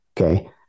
okay